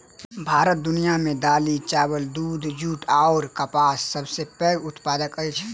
भारत दुनिया मे दालि, चाबल, दूध, जूट अऔर कपासक सबसे पैघ उत्पादक अछि